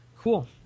Cool